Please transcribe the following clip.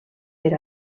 per